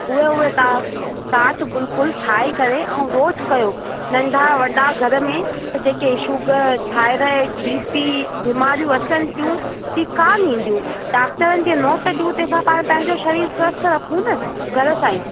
उहे उहे तव्हां साठ बिल्कुलु ठाहे करे ऐं रोज़ु कयो नंढा वॾा घर में जेके शुगर थाएरोइड बी पी बीमारियूं अचनि थियूं ही कान ईंदियूं डाक्टरनि खे नोट ॾियूं तंहिं खां पाणि पंहिंजो सरीर स्वस्थ रखूं न घर सां ई